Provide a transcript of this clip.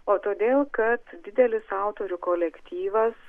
o todėl kad didelis autorių kolektyvas